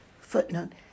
Footnote